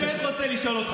אני באמת רוצה לשאול אותך,